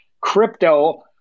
crypto